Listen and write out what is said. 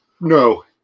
No